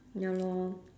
ya lor